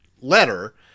letter